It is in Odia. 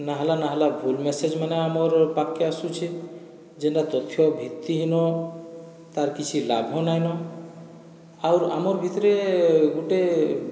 ନାହାଲା ନାହାଲା ଭୁଲ ମେସେଜମାନେ ଆମର ପାଖ୍କେ ଆସୁଛେ ଯେନ୍ଟା ତଥ୍ୟ ଭିତ୍ତିହିନ ତାର୍ କିଛି ଲାଭ ନାଇଁନ ଆଉର୍ ଆମର ଭିତରେ ଗୋଟିଏ